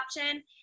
option